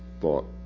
thought